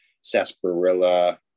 sarsaparilla